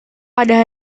pada